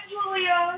Julia